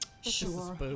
Sure